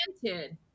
granted